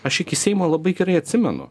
aš iki seimo labai gerai atsimenu